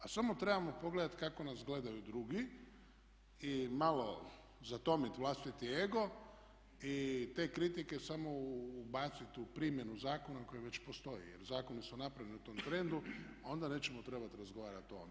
A samo trebamo pogledati kako nas gledaju drugi i malo zatomiti vlastiti ego i te kritike samo ubaciti u primjenu zakona koji već postoji jer zakoni su napravljeni i onda nećemo trebati razgovarati o ovom.